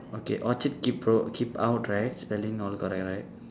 okay orchard keep road keep out right spelling all correct right